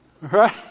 Right